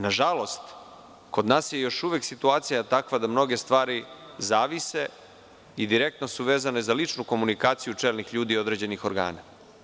Nažalost, kod nas je još uvek situacija takva da mnoge stvari zavise i direktno su vezane za ličnu komunikaciju čelnih ljudi i određenih organa.